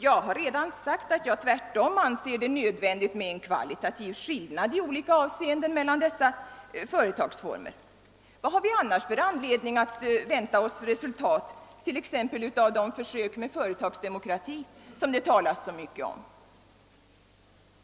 Jag har redan sagt att jag tvärtom anser det nödvändigt med en kvalitativ skillnad i olika avseenden mellan dessa företagsformer. Vilken anledning har vi annars att vänta oss resultat, t.ex. av de försök med företagsdemokrati som det talas så mycket om?